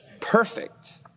Perfect